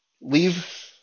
leave